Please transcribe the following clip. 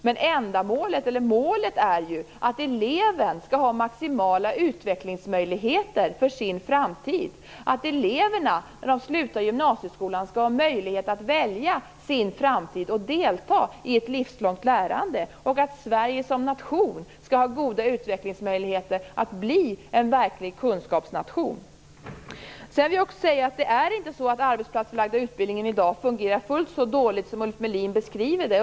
Men målet är ju att eleven skall har maximala utvecklingsmöjligheter för sin framtid, att eleverna efter avslutad gymnasieskola skall ha möjlighet att välja sin framtid och delta i ett livslångt lärande samt att Sverige som nation skall ha goda utvecklingsmöjligheter att bli en verklig kunskapsnation. Sedan vill jag säga att det inte är så att den arbetsplatsförlagda utbildningen i dag fungerar full så dåligt som Ulf Melin beskriver det.